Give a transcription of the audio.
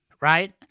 Right